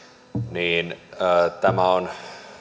niin tämä on